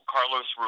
Carlos